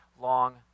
long